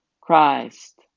Christ